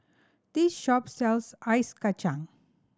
this shop sells Ice Kachang